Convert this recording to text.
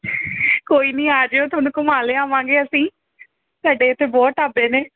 ਕੋਈ ਨਹੀਂ ਆਜਿਓ ਤੁਹਾਨੂੰ ਘੁੰਮਾ ਲਿਆਵਾਂਗੇ ਅਸੀਂ ਸਾਡੇ ਇੱਥੇ ਬਹੁਤ ਢਾਬੇ ਨੇ